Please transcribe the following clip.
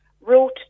wrote